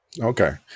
Okay